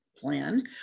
Plan